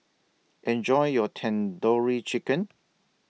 Enjoy your Tandoori Chicken